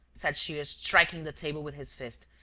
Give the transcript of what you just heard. said shears, striking the table with his fist.